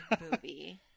movie